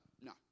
no